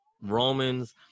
Romans